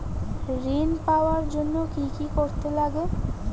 ঋণ পাওয়ার জন্য কি কি করতে লাগে?